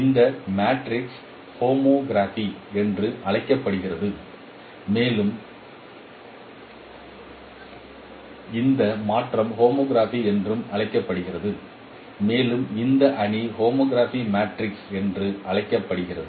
இந்த matrix homography என்றும் அழைக்கப்படுகிறது மேலும் இந்த மாற்றம் ஹோமோகிராபி என்றும் அழைக்கப்படுகிறது மேலும் இந்த அணி ஹோமோகிராபி மேட்ரிக்ஸ் என்று அழைக்கப்படுகிறது